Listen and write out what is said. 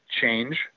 change